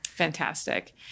Fantastic